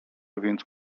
więc